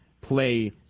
play